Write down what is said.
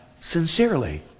sincerely